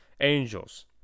Angels